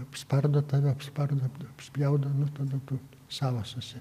apspardo tave apspardo apspjaudo nu ir tada tu savas esi